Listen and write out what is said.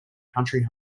country